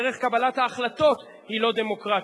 דרך קבלת ההחלטות היא לא דמוקרטית.